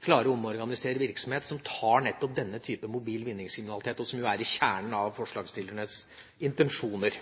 å omorganisere en virksomhet som tar nettopp denne typen mobil vinningskriminalitet, og som er i kjernen av forslagsstillernes intensjoner.